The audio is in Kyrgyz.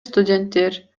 студенттер